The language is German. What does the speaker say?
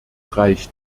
reicht